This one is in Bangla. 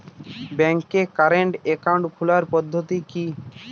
ব্যাংকে কারেন্ট অ্যাকাউন্ট খোলার পদ্ধতি কি?